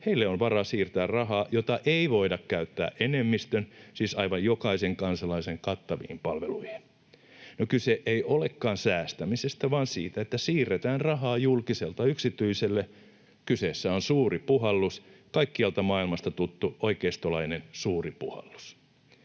on varaa siirtää rahaa, jota ei voida käyttää enemmistön, siis aivan jokaisen kansalaisen, kattaviin palveluihin. No, kyse ei olekaan säästämisestä, vaan siitä, että siirretään rahaa julkiselta yksityiselle. Kyseessä on suuri puhallus, kaikkialta maailmasta tuttu, oikeistolainen suuri puhallus.